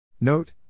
Note